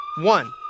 One